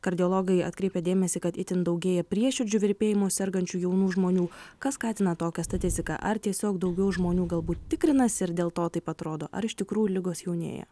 kardiologai atkreipia dėmesį kad itin daugėja prieširdžių virpėjimu sergančių jaunų žmonių kas skatina tokią statistiką ar tiesiog daugiau žmonių galbūt tikrinasi ir dėl to taip atrodo ar iš tikrųjų ligos jaunėja